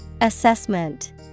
Assessment